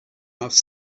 off